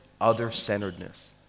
Other-centeredness